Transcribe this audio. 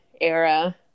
era